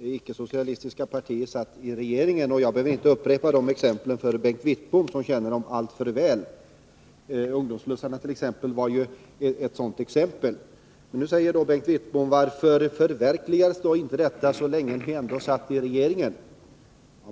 icke-socialistiska partier satt i regeringen. Jag behöver inte upprepa de exemplen för Bengt Wittbom, som känner dem alltför väl. Ungdomsslussarna var ett sådant exempel. Nu säger Bengt Wittbom: Varför förverkligades inte allt detta medan ni satt i regeringen?